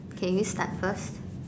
can you start first